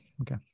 Okay